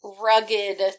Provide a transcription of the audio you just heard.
rugged